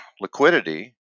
liquidity